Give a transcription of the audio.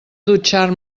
dutxar